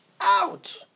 out